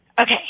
okay